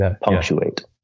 punctuate